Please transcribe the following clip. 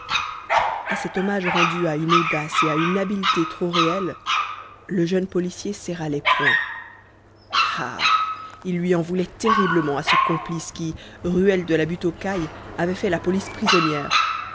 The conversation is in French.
à cet hommage rendu à une audace et à une habileté trop réelles le jeune policier serra les poings ah il lui en voulait terriblement à ce complice qui ruelle de la butte aux cailles avait fait la police prisonnière